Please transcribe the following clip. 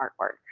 artwork